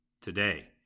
today